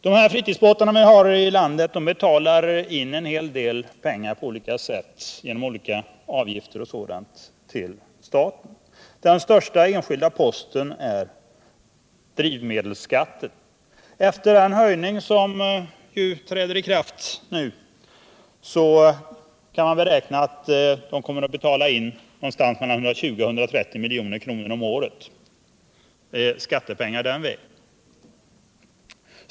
För fritidsbåtarna betalas det in en hel del pengar på olika sätt, genom olika avgifter, till staten. Den största enskilda posten är drivmedelsskatten. Efter den höjning som nu träder i kraft kan man beräkna att det kommer att betalas in någonstans mellan 120 och 130 miljoner per år i skattepengar den vägen.